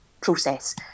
process